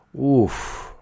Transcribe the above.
Oof